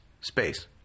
space